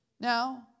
Now